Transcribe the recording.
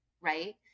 right